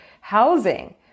housing